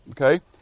okay